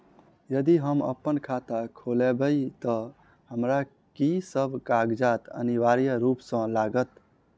यदि हम अप्पन खाता खोलेबै तऽ हमरा की सब कागजात अनिवार्य रूप सँ लागत?